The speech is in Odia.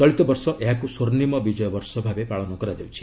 ଚଳିତ ବର୍ଷ ଏହାକୁ 'ସ୍ୱର୍ଷିମ ବିଜୟ ବର୍ଷ' ଭାବେ ପାଳନ କରାଯାଉଛି